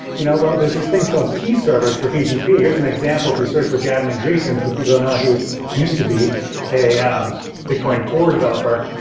you know well, there's these things called key servers for pgp. here's an example if you search for gavin andresen, for people to know he was used to be a um bitcoin core developer.